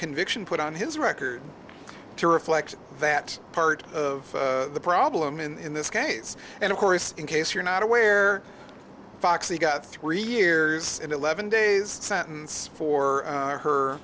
conviction put on his record to reflect that part of the problem in this case and of course in case you're not aware foxy got three years and eleven days sentence for her